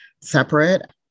separate